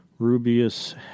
Rubius